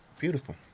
beautiful